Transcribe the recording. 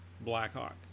Blackhawk